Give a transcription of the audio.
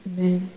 Amen